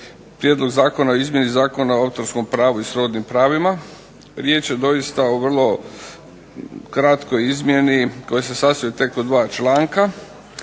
prijedlog Zakona o izmjeni Zakona o autorskom pravu i srodnim pravima. Riječ je doista o vrlo kratkoj izmjeni koja se sastoji tek od dva članka